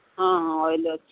ହଁ ହଁ ଅଏଲ୍ ଅଛି